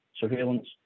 surveillance